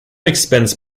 expense